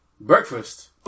Breakfast